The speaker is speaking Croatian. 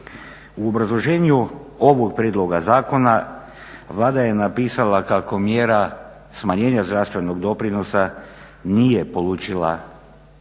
U obrazloženju ovog prijedloga zakona Vlada je napisala kako mjera smanjenja zdravstvenog doprinosa nije polučila očekivane